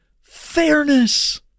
fairness